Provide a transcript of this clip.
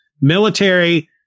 military